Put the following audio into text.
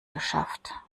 geschafft